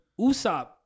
Usopp